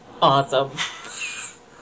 Awesome